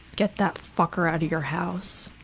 get that fucker out of your house!